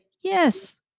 yes